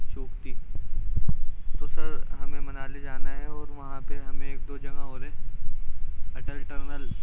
شوکتی تو سر ہمیں منالی جانا ہے اور وہاں پہ ہمیں ایک دو جگہ اور ہے اٹل ٹرنل